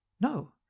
No